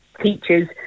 teachers